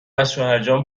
ازشوهرجان